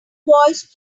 voice